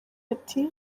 ati